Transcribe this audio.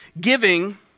Giving